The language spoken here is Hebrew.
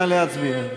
נא להצביע.